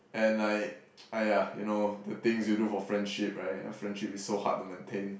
and like aiyah you know the things you do for friendship right friendship is so hard to maintain